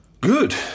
Good